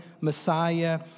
Messiah